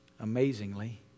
Amazingly